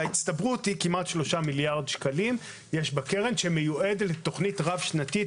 יש כמעט שלושה מיליארד שקלים בקרן שמיועדים לתכנית רב שנתית,